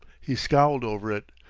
he scowled over it,